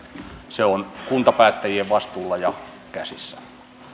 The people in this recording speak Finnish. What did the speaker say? se on kuntapäättäjien vastuulla ja käsissä